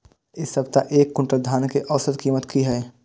इ सप्ताह एक क्विंटल धान के औसत कीमत की हय?